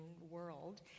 world